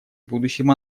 будущем